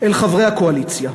אל חברי הקואליציה,